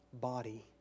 body